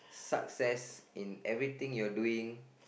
success in everything you're doing